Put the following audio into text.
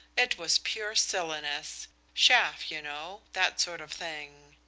it was pure silliness chaff, you know that sort of thing.